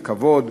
זה כבוד,